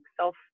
self